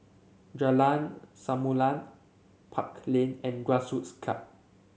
Jalan Samulun Park Lane and Grassroots Club